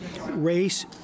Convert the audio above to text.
race